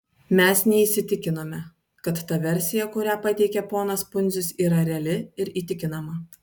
mes neįsitikinome kad ta versija kurią pateikė ponas pundzius yra reali ir įtikinama